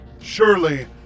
Surely